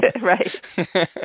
Right